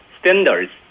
standards